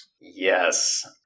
Yes